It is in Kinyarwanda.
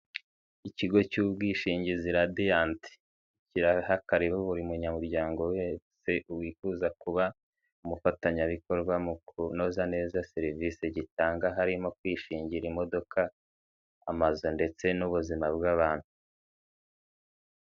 Ikigo cy'ubwishingizi Radiyanti, kiraha kariburi munyamuryango wese wifuza kuba umufatanyabikorwa mu kunoza neza serivisi gitanga harimo kwishingira imodoka, amazu ndetse n'ubuzima bw'abantu.